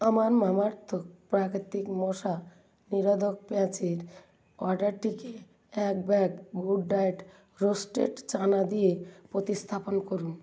আমার মামাআর্থ প্রাকৃতিক মশা নিরোধক প্যাচের অর্ডারটিকে এক bag good diet roasted chana দিয়ে প্রতিস্থাপন করুন